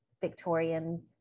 Victorian